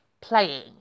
playing